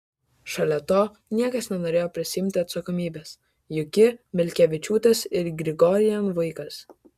šalia to niekas nenorėjo prisiimti atsakomybės juk ji milkevičiūtės ir grigorian vaikas